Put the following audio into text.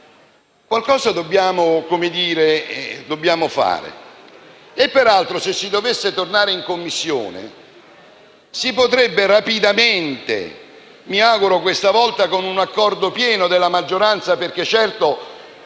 Qualcosa dobbiamo fare.